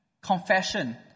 confession